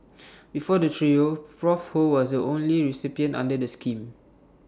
before the trio Prof ho was the only recipient under the scheme